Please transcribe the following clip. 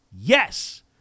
Yes